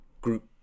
group